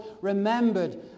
remembered